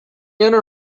inner